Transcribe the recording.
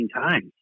times